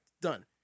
done